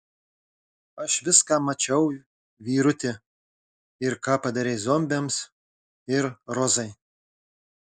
aš viską mačiau vyruti ir ką padarei zombiams ir rozai